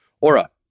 Aura